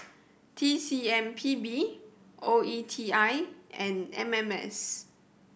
T C M P B O E T I and M M S